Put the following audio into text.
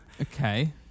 Okay